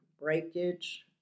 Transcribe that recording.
breakage